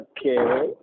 Okay